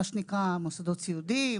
מה שנקרא מוסדות סיעודיים,